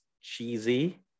cheesy